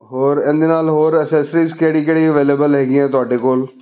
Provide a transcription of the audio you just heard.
ਹੋਰ ਇਹਦੇ ਨਾਲ ਹੋਰ ਅਸੈਸਰੀਜ਼ ਕਿਹੜੀ ਕਿਹੜੀ ਅਵੇਲੇਬਲ ਹੈਗੀਆਂ ਤੁਹਾਡੇ ਕੋਲ